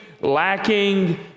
lacking